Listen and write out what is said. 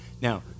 Now